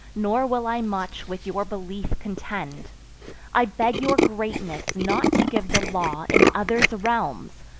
nor will i much with your belief contend i beg your greatness not to give the law in others' realms,